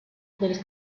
del